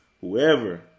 whoever